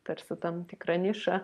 tarsi tam tikrą nišą